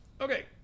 Okay